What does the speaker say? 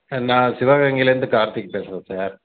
sir நான் சிவகங்கையிலந்து கார்த்திக் பேசுகிறேன் சார்